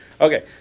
Okay